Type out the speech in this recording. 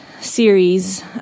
series